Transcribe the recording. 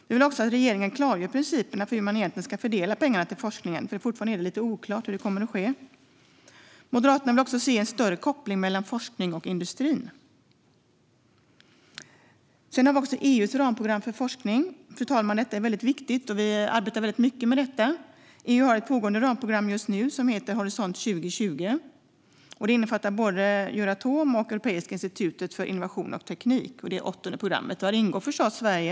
Vi vill också att regeringen klargör principerna för hur man egentligen ska fördela pengarna till forskningen. Fortfarande är det lite oklart hur det kommer att ske. Moderaterna vill också se en bättre koppling mellan forskning och industrin. Sedan har vi EU:s ramprogram för forskning. Det är väldigt viktigt, och vi arbetar väldigt mycket med detta. EU har just nu ett pågående ramprogram som heter Horisont 2020. Det innefattar både Euratom och Europeiska institutet för innovation och teknik. Det är det åttonde programmet. Där ingår förstås Sverige.